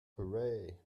hooray